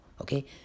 okay